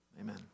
amen